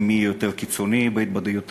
מי יהיה יותר קיצוני בהתבטאויותיו